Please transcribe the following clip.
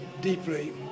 deeply